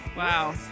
Wow